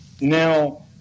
Now